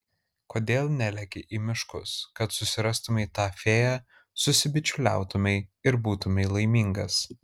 kodėl neleki į miškus kad susirastumei tą fėją susibičiuliautumei ir būtumei laimingas